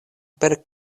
per